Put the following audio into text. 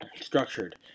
structured